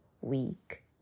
week